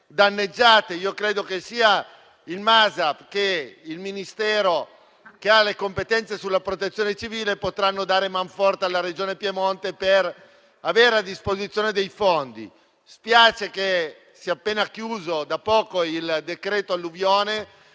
danneggiate. Credo che sia il MASAF che il Dipartimento della protezione civile potranno dare manforte alla Regione Piemonte per avere a disposizione dei fondi. Spiace che si sia chiuso da poco il decreto alluvione,